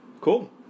cool